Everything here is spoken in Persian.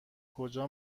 کجا